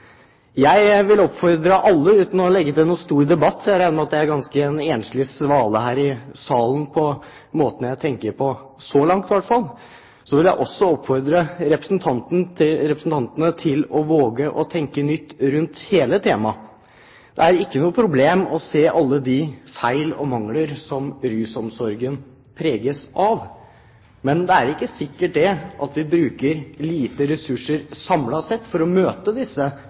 jeg regner med at jeg er en ganske enslig svale her i salen når det gjelder måten jeg tenker på, så langt i hvert fall – så vil jeg oppfordre representantene til å våge å tenke nytt rundt hele temaet. Det er ikke noe problem å se alle de feil og mangler som rusomsorgen preges av, men det er ikke sikkert at vi bruker lite ressurser samlet sett for å møte disse